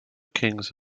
kings